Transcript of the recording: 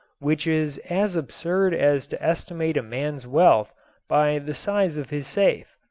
which is as absurd as to estimate a man's wealth by the size of his safe.